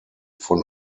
von